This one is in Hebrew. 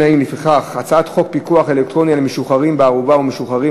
חוק פיקוח אלקטרוני על משוחררים בערובה ומשוחררים